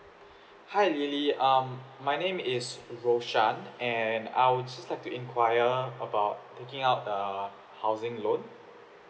hi lily um my name is roshan and I'll just like to enquire about taking up the housing loan